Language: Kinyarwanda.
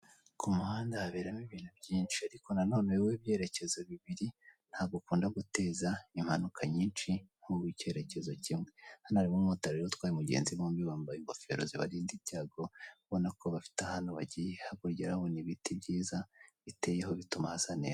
Ku muhanda haberamo ibintu byinshi arikonanone uw'ibyerekezo bibiri, ntabwo ukunda guteza impanuka nyinshi nk'uwo mu cyertekezo kimwe, hano harimo umumotari utwaye umugenzi bombi bambaye ingofero zibarinda impanuka, ubona ko bafite aho bagiye, hakurya urahabona ibiti byiza biteyeho, bituma hasa neza.